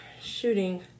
shooting